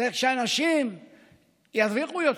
צריך שאנשים ירוויחו יותר.